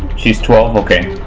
she's twelve, okay.